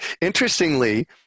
Interestingly